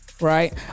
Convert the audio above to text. right